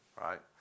right